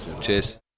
Cheers